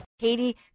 Katie